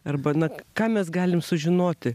arba na ką mes galim sužinoti